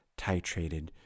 titrated